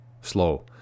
slow